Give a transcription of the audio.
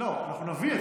לא, אנחנו נביא את זה.